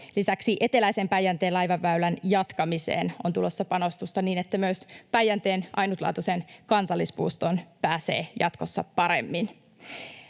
Lisäksi eteläisen Päijänteen laivaväylän jatkamiseen on tulossa panostusta niin, että myös Päijänteen ainutlaatuiseen kansallispuistoon pääsee jatkossa paremmin.